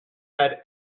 had